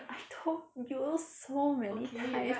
I told you so many times